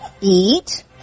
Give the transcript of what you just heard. eat